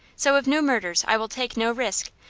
so of new murders i will take no risk,